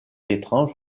étrange